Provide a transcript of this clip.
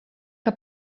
que